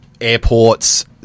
airports